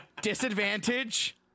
Disadvantage